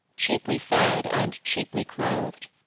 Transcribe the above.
cheaply fed and cheaply clothed.